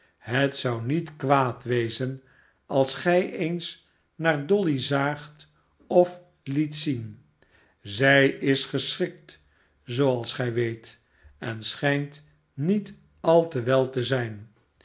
het zou niet kwaad wezen als gij eens naar dolly zaagt of liet zien zij is geschrikt zooals gij weet en schijnt niet al te wel te zijn